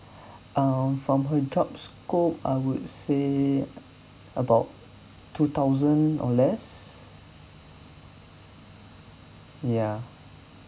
um from her job scope I would say about two thousand or less ya